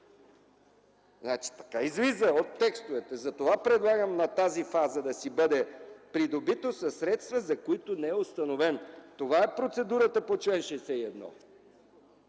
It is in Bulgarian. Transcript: Така излиза от текстовете! Затова предлагам на тази фаза да си бъде „придобито със средства, за които не е установено...” Това е процедурата по чл. 61.